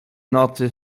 nocy